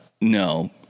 No